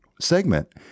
segment